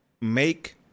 make